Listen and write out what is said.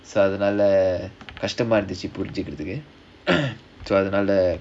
அதுனால கஷ்டம் தான்:adhunaala kashtam thaan so அதுனால:adhunaala